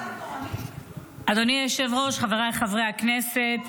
אדוני היושב-ראש, חבריי חברי הכנסת.